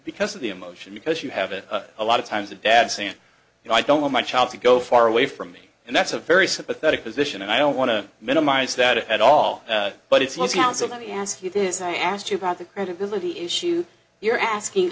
because of the emotion because you have it a lot of times a dad saying you know i don't want my child to go far away from me and that's a very sympathetic position and i don't want to minimize that at all but it's looking out so many ask you this i asked you about the credibility issue you're asking